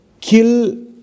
kill